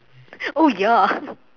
oh ya